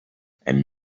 and